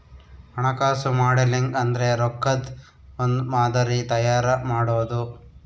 ಹಣಕಾಸು ಮಾಡೆಲಿಂಗ್ ಅಂದ್ರೆ ರೊಕ್ಕದ್ ಒಂದ್ ಮಾದರಿ ತಯಾರ ಮಾಡೋದು